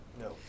No